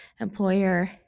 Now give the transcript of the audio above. employer